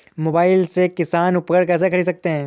Mobile से किसान उपकरण कैसे ख़रीद सकते है?